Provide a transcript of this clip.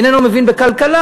איננו מבין בכלכלה,